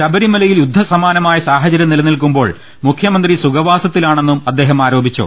ശബരിമലയിൽ യുദ്ധസമാന മായ സാഹചര്യം നിലനിൽക്കുമ്പോൾ മുഖ്യമന്ത്രി സുഖവാ സത്തിലാണെന്നും അദ്ദേഹം ആരോപിച്ചു